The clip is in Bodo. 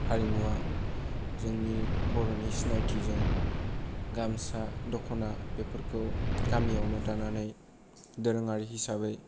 हारिमुवा जोंनि बर'नि सिनायथिजों गामसा दखना बेफोरखौ गामियावनो दानानै दोरोङारि हिसाबै